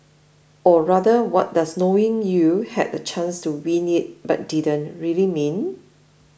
or rather what does knowing you had the chance to win it but didn't really mean